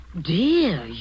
Dear